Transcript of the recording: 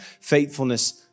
faithfulness